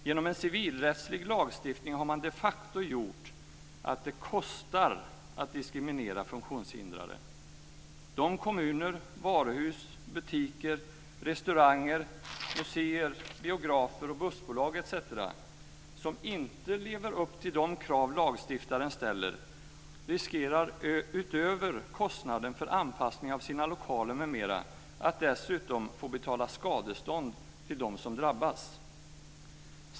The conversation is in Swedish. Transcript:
Genom en civilrättslig lagstiftning har man de facto gjort att det kostar att diskriminera funktionshindrade. De kommuner, varuhus, butiker, restauranger, museer, biografer, bussbolag etc. som inte lever upp till de krav lagstiftaren ställer riskerar utöver kostnaderna för anpassningen av sina lokaler m.m. att dessutom få betala skadestånd till dem som drabbas.